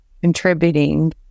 contributing